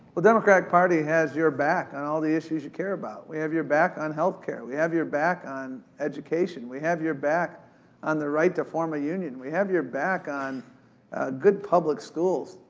the democratic party has your back on all the issues you care about. we have your back on healthcare. we have your back on education. we have your back on the right to form a union. we have your back on good public schools.